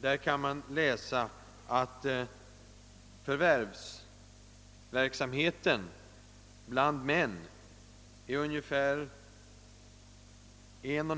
Där kan vi läsa att förvärvsverksamheten bland män är mer än en och